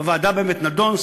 בוועדה זה באמת נדון.